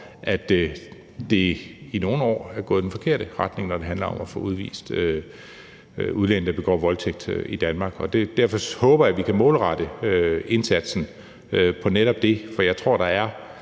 at det i nogle år er gået i den forkerte retning, når det handler om at få udvist udlændinge, der begår voldtægt i Danmark. Derfor håber jeg, at vi kan målrette indsatsen på netop det område, for jeg tror, der er